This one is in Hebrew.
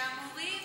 שלמורים